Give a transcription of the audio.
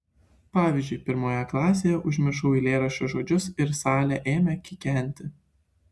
pavyzdžiui pirmoje klasėje užmiršau eilėraščio žodžius ir salė ėmė kikenti